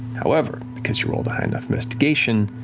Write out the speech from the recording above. however, because you rolled a high enough investigation,